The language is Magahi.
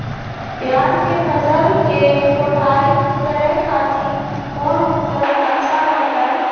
प्याज के फसल के कोढ़ाई करे खातिर कौन उपकरण अच्छा रहतय?